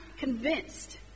Convinced